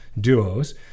duos